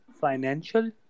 financial